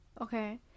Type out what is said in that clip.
Okay